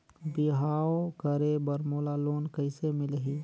बिहाव करे बर मोला लोन कइसे मिलही?